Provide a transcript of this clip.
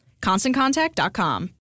ConstantContact.com